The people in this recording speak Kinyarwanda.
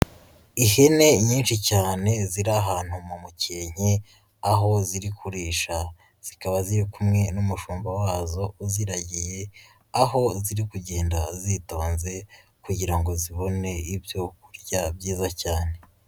Ihene nyinshi cyane ziri ahantu mu mukenke, aho ziri kurisha. Zikaba ziri kumwe n'umushumba wazo uziragiye aho ziri kugenda zitonze kugira ngo zibone ibyo kurya byiza cyane.